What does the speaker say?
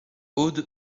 aude